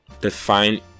define